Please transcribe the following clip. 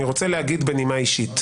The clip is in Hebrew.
אני רוצה להגיד בנימה אישית,